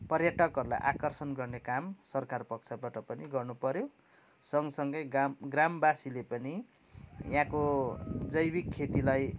पर्यटकहरूलाई आकर्षण गर्ने काम सरकार पक्षबट पनि गर्नु पऱ्यो सँग सँगै गाम ग्राम वासीले पनि यहाँको जैविक खेतिलाई